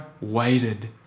waited